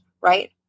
right